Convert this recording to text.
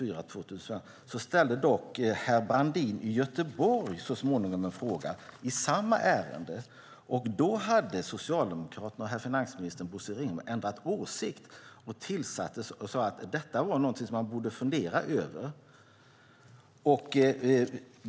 Så småningom ställde dock herr Brandin från Göteborg en fråga i samma ärende, och då hade Socialdemokraterna och herr finansministern Bosse Ringholm ändrat åsikt och sade att detta var något som man borde fundera över.